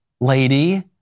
lady